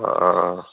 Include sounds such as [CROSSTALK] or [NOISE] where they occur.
অঁ [UNINTELLIGIBLE]